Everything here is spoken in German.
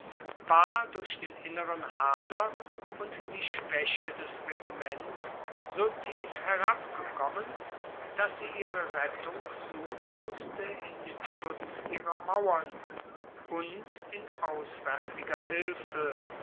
war durch den inneren hader und die schwaeche des regiments so tief herabgekommen dass sie ihre rettung suchen musste in dem schutz ihrer mauern und in